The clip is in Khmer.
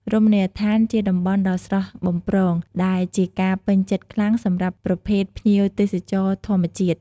រមណីយដ្ឋានជាតំបន់ដ៏ស្រស់បំព្រង ដែលជាការពេញចិត្តខ្លាំងសម្រាប់ប្រភេទភ្ញៀវទេសចរធម្មជាតិ។